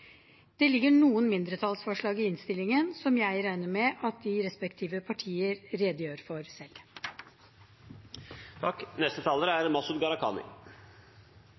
Det ligger noen mindretallsforslag i innstillingen, som jeg regner med at de respektive partier redegjør for